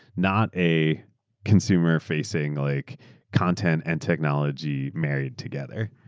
not a consumer-facing like content and technology married together.